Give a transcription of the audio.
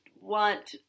want